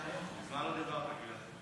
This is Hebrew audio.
חבר הכנסת גלעד קריב, בבקשה.